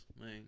man